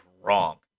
wrong